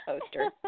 poster